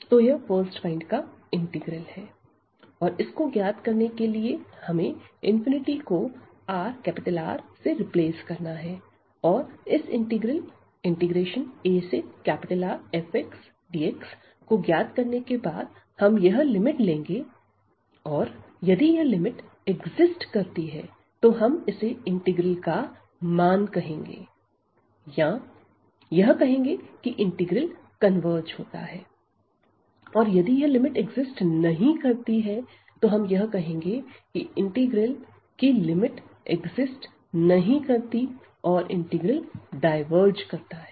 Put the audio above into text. तो यह first kind का इंटीग्रल है और इसको ज्ञात करने के लिए हमें को R से रिप्लेस करना है इस इंटीग्रल aRfxdx को ज्ञात करने के बाद हम यह लिमिट लेंगे और यदि यह लिमिट एक्जिस्ट करती है तो हम इसे इंटीग्रल का मान कहेंगे या यह कहेंगे कि इंटीग्रल कन्वर्ज होता है और यदि यह लिमिट एक्जिस्ट नहीं करती है तो हम यह कहेंगे की इंटीग्रल की लिमिट एक्जिस्ट नहीं करती और इंटीग्रल डाइवर्ज करता है